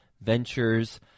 ventures